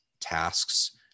tasks